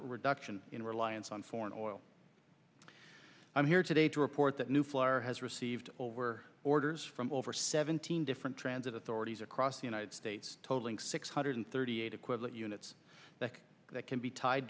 reduction in reliance on foreign oil i'm here today to report that new florida has received over orders from over seventeen different transit authorities across united states totaling six hundred thirty eight equivalent units that can be tied